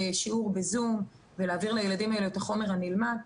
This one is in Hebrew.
בזום ולהעביר לילדים האלה את החומר הנלמד.